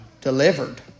delivered